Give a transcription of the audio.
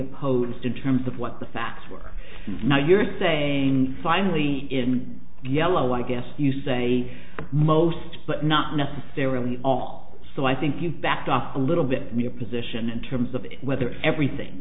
opposed in terms of what the facts were now you're saying finally in yellow i guess you say most but not necessarily all so i think you've backed off a little bit me a position in terms of whether everything